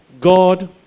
God